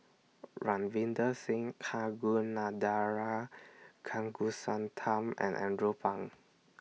Ravinder Singh Kagunathar Kanagasuntheram and Andrew Phang